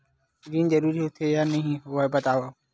ऋण जरूरी होथे या नहीं होवाए बतावव?